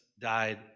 died